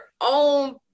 own